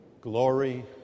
Glory